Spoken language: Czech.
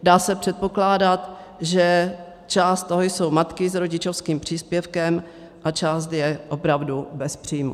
Dá se předpokládat, že část toho jsou matky s rodičovským příspěvkem a část je opravdu bez příjmu.